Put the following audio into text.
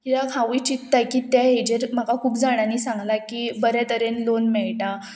किद्याक हांवूय चित्ताय की ते हेजेर म्हाका खूब जाणांनी सांगलां की बरें तरेन लोन मेळटा